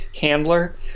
handler